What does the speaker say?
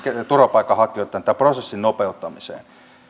turvapaikanhakijoitten prosessin nopeuttamiseen